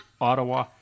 Ottawa